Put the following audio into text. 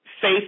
Faith